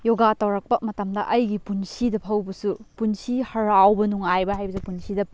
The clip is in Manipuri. ꯌꯣꯒꯥ ꯇꯧꯔꯛꯄ ꯃꯇꯝꯗ ꯑꯩꯒꯤ ꯄꯨꯟꯁꯤꯗ ꯐꯥꯎꯕꯁꯨ ꯄꯨꯟꯁꯤꯒꯤ ꯍꯔꯥꯎꯕ ꯅꯨꯡꯉꯥꯏꯕ ꯍꯥꯏꯕꯁꯦ ꯄꯨꯟꯁꯤꯗ